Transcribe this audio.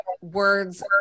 words